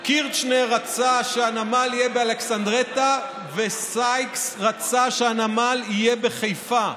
קיצ'נר רצה שהנמל יהיה באלכסנדרטה וסייקס רצה שהנמל יהיה בחיפה,